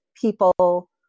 people